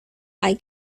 hay